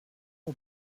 aux